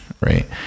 right